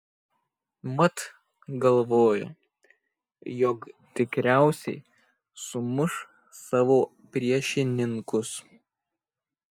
mat galvojo jog tikriausiai sumuš savo priešininkus